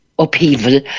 upheaval